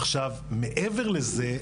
עכשיו מעבר לזה,